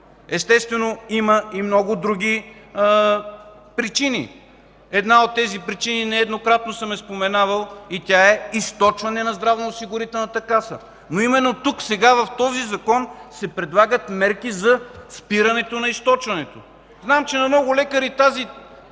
Естествено, има и много други причини. Една от тези причини, нееднократно съм я споменавал, е източване на Здравноосигурителната каса, но именно тук, в този закон се предлагат мерки за спирането на източването. Знам, че на много лекари този